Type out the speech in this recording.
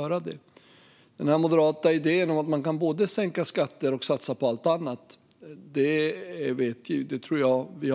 När det gäller den moderata idén att man både kan sänka skatten och satsa på allt annat har